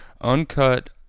uncut